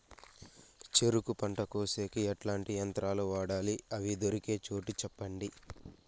చెరుకు పంట కోసేకి ఎట్లాంటి యంత్రాలు వాడాలి? అవి దొరికే చోటు చెప్పండి?